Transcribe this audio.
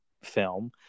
film